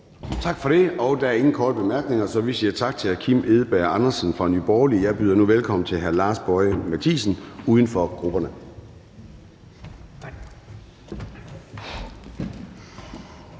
Tak for det. Og der er ingen korte bemærkninger, så vi siger tak til hr. Kim Edberg Andersen fra Nye Borgerlige. Jeg byder nu velkommen til hr. Lars Boje Mathiesen, uden for grupperne.